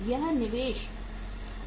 यह निवेश प्रक्रिया के चरण में है